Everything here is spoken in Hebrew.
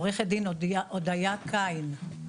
עורכת דין הודיה קין,